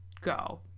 go